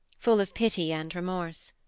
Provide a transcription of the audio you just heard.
full of pity and remorse.